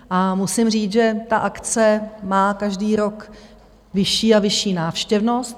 A musím říct, že ta akce má každý rok vyšší a vyšší návštěvnost.